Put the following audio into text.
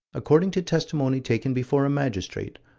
according to testimony taken before a magistrate,